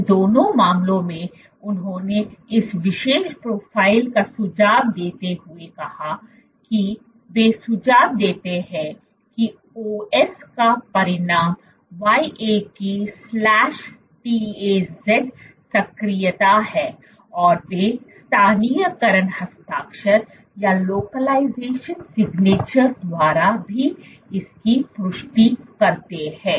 इन दोनों मामलों में उन्होंने इस विशेष प्रोफ़ाइल का सुझाव देते हुए कहा कि वे सुझाव देते हैं कि OS का परिणाम YAP TAZ सक्रियता है और वे स्थानीयकरण हस्ताक्षर द्वारा भी इसकी पुष्टि करते हैं